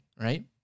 right